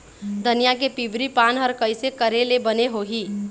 धनिया के पिवरी पान हर कइसे करेले बने होही?